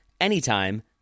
anytime